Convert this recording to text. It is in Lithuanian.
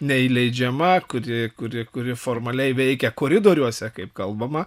neįleidžiama kuri kuri kuri formaliai veikia koridoriuose kaip kalbama